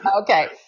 okay